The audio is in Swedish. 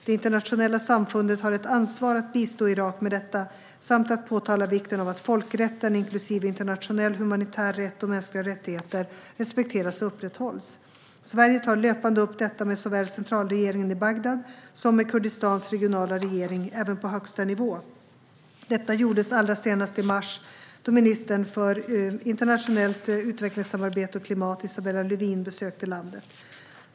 Det internationella samfundet har ett ansvar att bistå Irak med detta samt att framhålla vikten av att folkrätten, inklusive internationell humanitär rätt och mänskliga rättigheter, respekteras och upprätthålls. Sverige tar löpande upp detta såväl med centralregeringen i Bagdad som med Kurdistans regionala regering, även på högsta nivå. Detta gjordes allra senast i mars då ministern för internationellt utvecklingssamarbete och klimat, Isabella Lövin, besökte landet.